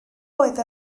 oedd